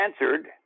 answered